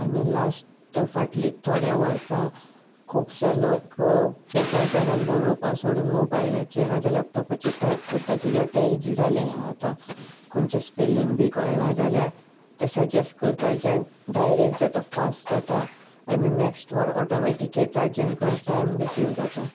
आनी लास्ट फाटले थोड्या वर्सां खुबशे लोक पेपर पेनान बरोवपा सोडून मोबायलाचेर नाजाल्यार लॅपटोपाचेर टायप करता कित्याक तें इजी जालें आसा आतां खंयचे स्पेलींग बी कळना जाल्यार तें सजेस्ट करता जे डायरेक्ट जाता फास्ट जाता आनी नेक्स्ट वड ऑटोमेटीक येता जेणे करून टायम बी सेव जाता